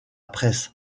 presse